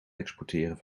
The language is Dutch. exporteren